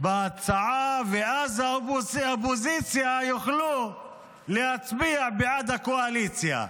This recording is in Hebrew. בהצעה ואז האופוזיציה יוכלו להצביע בעד הקואליציה.